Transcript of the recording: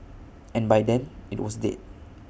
and by then IT was dead